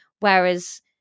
Whereas